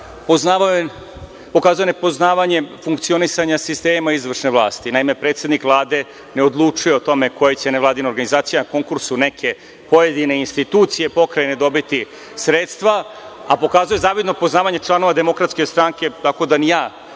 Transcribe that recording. Pokazao je nepoznavanje funkcionisanja sistema izvršne vlasti. Naime, predsednik Vlade ne odlučuje o tome koje će nevladine organizacije na konkursu neke pojedine institucije Pokrajine dobiti sredstva, a pokazao je zavidno poznavanje članova DS, tako da ni ja